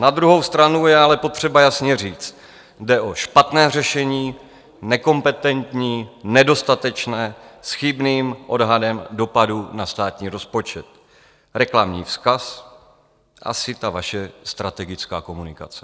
Na druhou stranu je ale potřeba jasně říct: jde o špatné řešení, nekompetentní, nedostatečné, s chybným odhadem dopadů na státní rozpočet, reklamní vzkaz, asi ta vaše strategická komunikace.